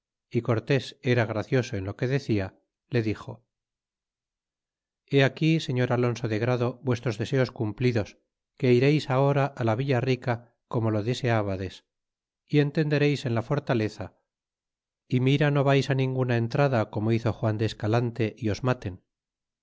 y cortés era gracioso en lo que deria le dixo ile aquí señor alonso de grado vuestros deseos cumplidos que ireis ahora la villa rica como lo deseabades y entendereis en la fortaleza y mira no vais ninguna entrada como hizo juan de escalante y os maten